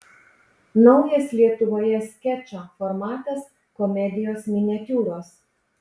naujas lietuvoje skečo formatas komedijos miniatiūros